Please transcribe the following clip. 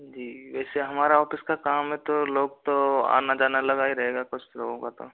जी वैसे हमारा ऑफिस का काम है तो लोग तो आना जाना लगा ही रहेगा कुछ लोगों का तो